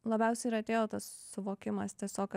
labiausiai ir atėjo tas suvokimas tiesiog kad